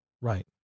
Right